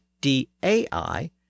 D-A-I